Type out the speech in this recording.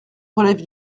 relève